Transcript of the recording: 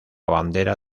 bandera